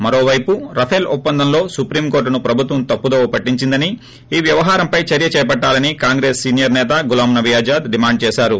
మరోవైపు రఫీల్ ఒప్పందంలో సుప్రీం కోర్టును ప్రభుత్వం తప్పుదోవ పట్టించిందని ఈ వ్యవహారంపై చర్చే చేపట్టాలని కాంగ్రెస్ సీనియర్ సేత గులాం నబీ అజాద్ డిమాండ్ చేశారు